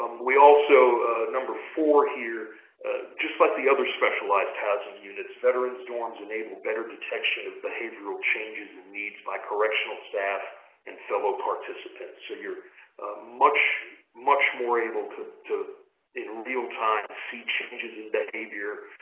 um we also number four here just like the other specialized housing units, veterans' dorms enable better detection of behavioral changes and needs by correctional staff and fellow participants. so you're much much more able to, in real time, see changes in behavior.